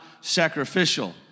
sacrificial